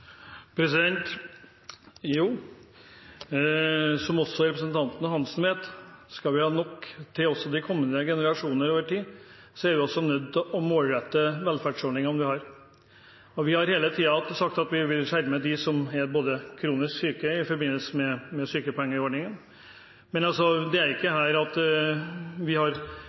Som representanten Hansen vet, er det slik at om vi skal ha nok til kommende generasjoner over tid, er vi nødt til å målrette de velferdsordningene vi har. Vi har hele tiden sagt at vi i forbindelse med sykepengeordningen vil skjerme dem som er kronisk syke, men vi har ikke kommet dit hen at vi har landet dette ennå. Det har vi ikke